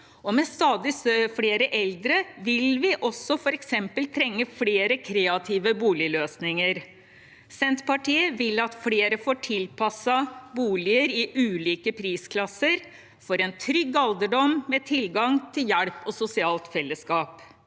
Med stadig flere eldre vil vi også trenge flere kreative boligløsninger. Senterpartiet vil at flere får tilpassede boliger i ulike prisklasser for en trygg alderdom med tilgang til hjelp og sosialt fellesskap.